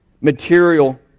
material